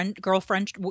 girlfriend